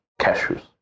cashews